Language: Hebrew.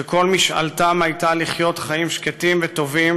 שכל משאלתם הייתה לחיות חיים שקטים וטובים